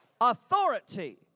Authority